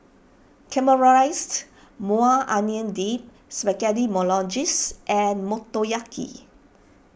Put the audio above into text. Caramelized Maui Onion Dip Spaghetti Bolognese and Motoyaki